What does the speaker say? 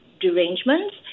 derangements